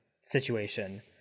situation